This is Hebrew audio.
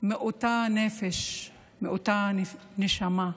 מאותה נפש, מאותה נשמה,